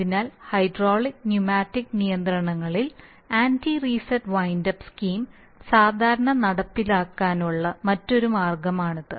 അതിനാൽ hydraulic pneumatic നിയന്ത്രണങ്ങളിൽ anti reset windup scheme സാധാരണ നടപ്പാക്കാനുള്ള മറ്റൊരു മാർഗമാണിത്